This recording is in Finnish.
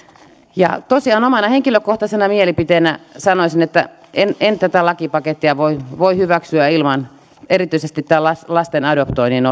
muodostua ongelmaksi tosiaan omana henkilökohtaisena mielipiteenä sanoisin että en en tätä lakipakettia voi voi hyväksyä erityisesti lasten adoptoinnin